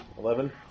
Eleven